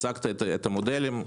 שבו הצגת את המודלים.